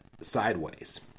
sideways